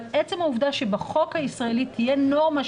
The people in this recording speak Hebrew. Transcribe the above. אבל עצם העובדה שבחוק הישראלי תהיה נורמה,